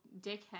dickhead